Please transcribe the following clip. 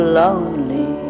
lonely